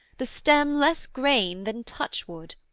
the stem less grain than touchwood,